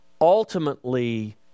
ultimately